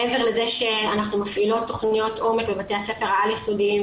מעבר לזה שאנחנו מפעילות תכניות עומק בבתי הספר העל יסודיים,